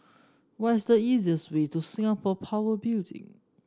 what's the easiest way to Singapore Power Building